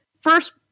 first